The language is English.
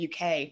uk